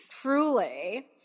Truly